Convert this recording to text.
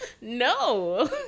No